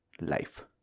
life